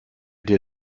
dir